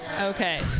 Okay